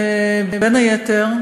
בין היתר,